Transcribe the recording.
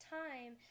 time